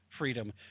freedom